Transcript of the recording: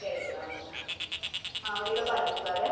ഏഴ് രൂപ ആ ആ ആ ഒരു കിലോ പഞ്ചസാര